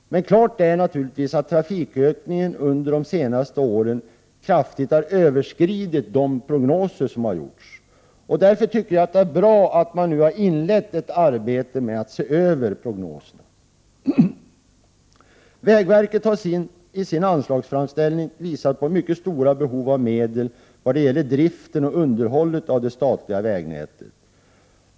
Det står naturligtvis klart att trafikökningen under de senaste åren kraftigt har överskridit de prognoser som har gjorts. Därför tycker jag att det är bra att man har inlett ett arbete med att se över dessa prognoser. Vägverket har i sin anslagsframställning visat på mycket stora behov av medel vad gäller drift och underhåll av det statliga vägnätet.